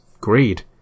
greed